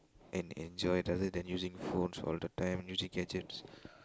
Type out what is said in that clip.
and enjoy rather than using phones all the time using gadgets